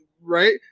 right